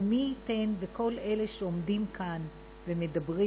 ומי ייתן וכל אלה שעומדים כאן ומדברים,